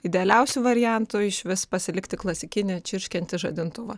idealiausiu variantu išvis pasilikt tik klasikinį čirškiantį žadintuvą